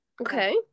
Okay